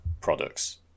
products